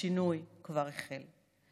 השינוי כבר החל.